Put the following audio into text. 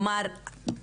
כלומר,